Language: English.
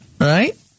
Right